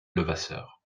levasseur